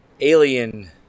alien